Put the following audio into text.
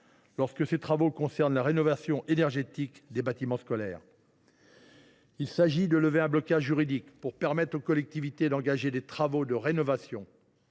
lorsque ces travaux concernent la rénovation énergétique des bâtiments scolaires. Il s’agit de lever un blocage juridique pour permettre aux collectivités d’engager des travaux de rénovation.